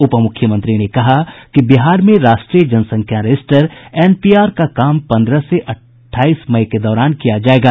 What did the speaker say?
उप मुख्यमंत्री ने कहा कि बिहार में राष्ट्रीय जनसंख्या रजिस्टर एनपीआर का काम पंद्रह से अठाईस मई के दौरान किया जायेगा